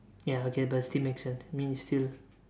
ya okay but it still make sense mean you still